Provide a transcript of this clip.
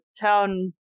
town